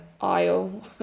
aisle